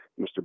mr